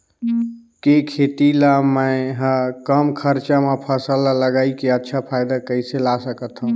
के खेती ला मै ह कम खरचा मा फसल ला लगई के अच्छा फायदा कइसे ला सकथव?